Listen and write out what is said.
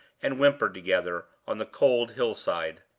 and whimpered together, on the cold hill-side.